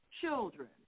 children